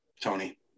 tony